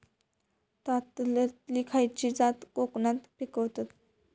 तांदलतली खयची जात कोकणात पिकवतत?